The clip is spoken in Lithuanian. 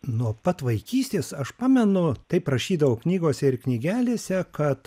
nuo pat vaikystės aš pamenu taip rašydavo knygose ir knygelėse kad